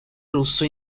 rosso